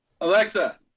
Alexa